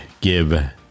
give